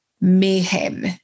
mayhem